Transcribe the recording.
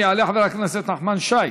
יעלה חבר הכנסת נחמן שי.